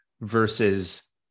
versus